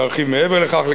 שארחיב מעבר לכך.